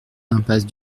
impasse